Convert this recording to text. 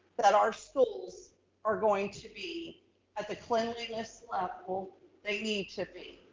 that our schools are going to be at the cleanliness level they need to be,